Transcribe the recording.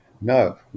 No